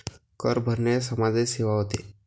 कर भरण्याने समाजाची सेवा होते